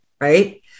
right